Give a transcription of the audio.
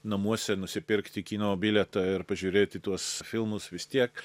namuose nusipirkti kino bilietą ir pažiūrėti tuos filmus vis tiek